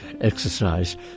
exercise